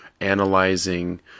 analyzing